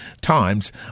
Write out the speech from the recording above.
Times